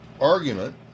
argument